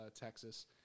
texas